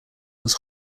was